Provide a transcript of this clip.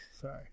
Sorry